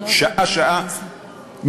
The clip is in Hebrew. שעה-שעה,